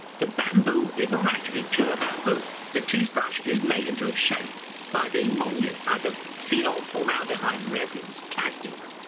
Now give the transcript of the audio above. the bamboo is not actually pure bamboo. the toothbrush is made into its shape by being moulded out of phenol formaldehyde resins, plastics.